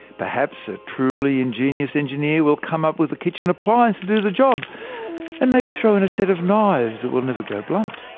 perhaps a truly ingenious engineer will come up with a kitchen appliance to do the job and maybe throw in a set of knives that will never go blunt.